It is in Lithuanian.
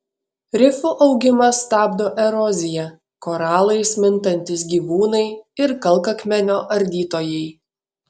rifų augimą stabdo erozija koralais mintantys gyvūnai ir kalkakmenio ardytojai